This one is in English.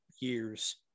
years